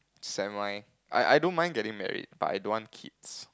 semi I I don't mind getting married but I don't want kids